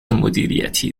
مدیریتی